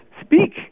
speak